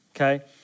okay